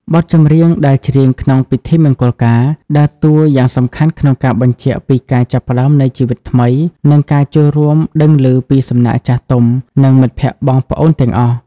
បទចម្រៀងដែលច្រៀងក្នុង "ពិធីមង្គលការ" ដើរតួយ៉ាងសំខាន់ក្នុងការបញ្ជាក់ពីការចាប់ផ្តើមនៃជីវិតថ្មី និងការចូលរួមដឹងឮពីសំណាក់ចាស់ទុំ និងមិត្តភក្តិបងប្អូនទាំងអស់។